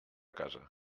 casa